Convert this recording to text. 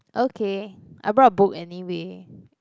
okay I brought a book anyway